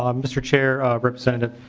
um mr. chair representative